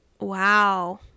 wow